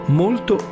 molto